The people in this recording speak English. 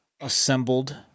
assembled